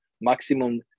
maximum